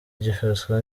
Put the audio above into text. gifatwa